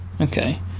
Okay